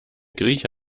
grieche